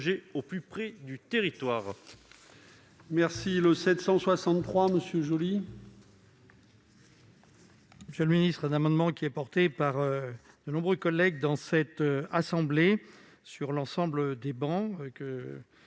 au plus près des territoires.